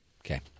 Okay